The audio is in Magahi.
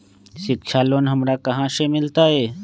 शिक्षा लोन हमरा कहाँ से मिलतै?